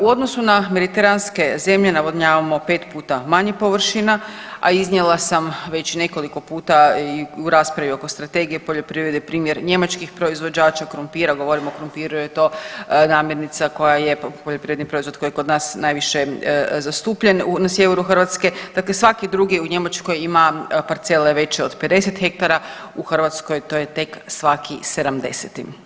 U odnosu na mediteranske zemlje navodnjavamo 5 puta manje površina, a iznijela sam već nekoliko puta i u raspravi oko Strategije poljoprivrede primjer njemačkih proizvođača krumpira, govorim o krumpiru jer je to namirnica koja je poljoprivredni proizvod koji je kod nas najviše zastupljen na sjeveru Hrvatske, dakle svaki drugi u Njemačkoj ima parcele veće od 50 hektara, u Hrvatskoj to je tek svaki 70-ti.